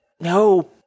No